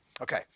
okay